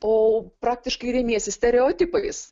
o praktiškai remiesi stereotipais